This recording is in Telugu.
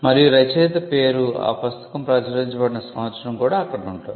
మరియు రచయిత పేరు ఆ పుస్తకం ప్రచురించబడిన సంవత్సరం కూడా అక్కడ ఉంటుంది